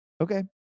okay